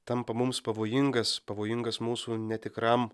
tampa mums pavojingas pavojingas mūsų netikram